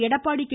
Edappadi K